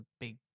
big